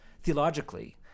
theologically